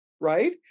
right